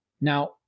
now